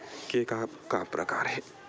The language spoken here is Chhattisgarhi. के का का प्रकार हे?